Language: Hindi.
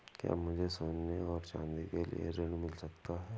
क्या मुझे सोने और चाँदी के लिए ऋण मिल सकता है?